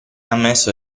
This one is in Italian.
ammesso